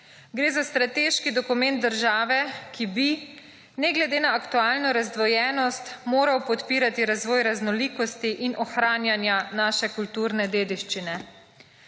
Gre za strateški dokument države, ki bi, ne glede na aktualno razdvojenost, moral podpirati razvoj raznolikosti in ohranjanja naše kulturne dediščine.